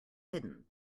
hidden